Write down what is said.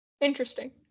Interesting